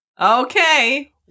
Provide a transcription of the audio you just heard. Okay